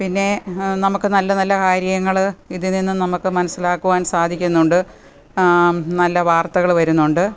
പിന്നെ നമുക്ക് നല്ല നല്ല കാര്യങ്ങൾ ഇതിൽനിന്നും നമുക്ക് മനസ്സിലാക്കുവാൻ സാധിക്കുന്നുണ്ട് നല്ല വാർത്തകൾ വരുന്നുണ്ട്